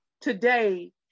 today